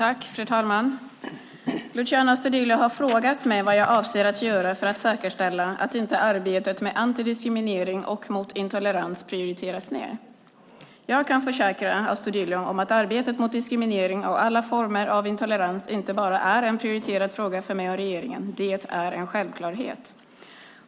Fru talman! Luciano Astudillo har frågat mig vad jag avser att göra för att säkerställa att inte arbetet med antidiskriminering och mot intolerans prioriteras ned. Jag kan försäkra Astudillo om att arbetet mot diskriminering och alla former av intolerans inte bara är en prioriterad fråga för mig och regeringen; det är en självklarhet.